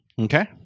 Okay